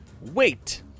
Wait